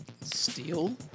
Steel